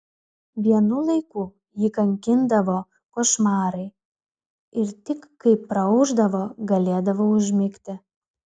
vienu laiku jį kankindavo košmarai ir tik kai praaušdavo galėdavo užmigti